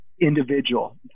individual